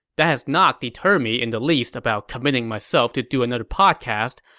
that has not deterred me in the least about committing myself to do another podcast,